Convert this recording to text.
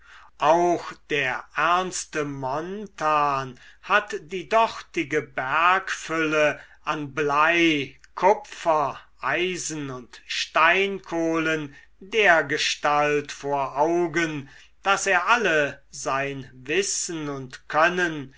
auch der ernste montan hat die dortige bergfülle an blei kupfer eisen und steinkohlen dergestalt vor augen daß er alle sein wissen und können